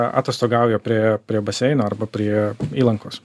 atostogauja prie prie baseino arba prie įlankos